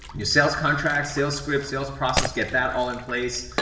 your sales contract, sales script, sales process, get that all in place.